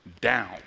down